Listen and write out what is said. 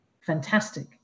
fantastic